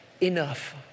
enough